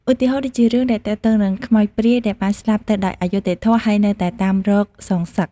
ឧទាហរណ៍ដូចជារឿងដែលទាក់ទងនឹងខ្មោចព្រាយដែលបានស្លាប់ទៅដោយអយុត្តិធម៌ហើយនៅតែតាមរកសងសឹក។